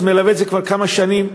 מלווה כבר כמה שנים.